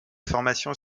formation